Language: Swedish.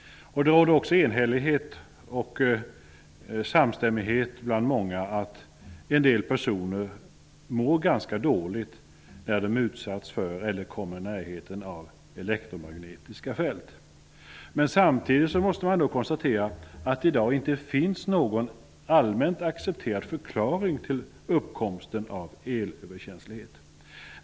Det råder också samstämmighet bland många om att en del personer mår ganska dåligt när de utsätts för eller kommer i närheten av elektromagnetiska fält. Samtidigt måste man konstatera att det i dag inte finns någon allmänt accepterad förklaring till uppkomsten av elöverkänslighet.